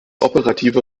operative